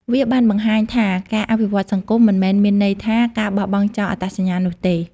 វាបានបង្ហាញថាការអភិវឌ្ឍសង្គម មិនមែនមានន័យថាការបោះបង់ចោលអត្តសញ្ញាណនោះទេ។